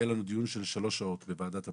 היה לנו דיון של שלוש שעות בוועדת הפנים,